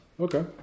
Okay